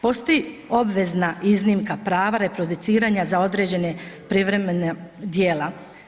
Postoji obvezna iznimka prava reproduciranja za određene privremena djela.